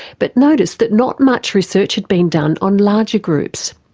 but noticed that not much research had been done on larger groups.